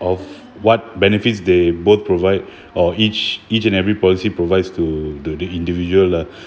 of what benefits they both provide or each each and every policy provides to the individual lah